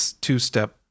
two-step